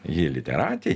ji literatė